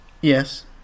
Yes